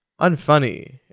unfunny